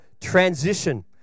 transition